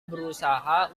berusaha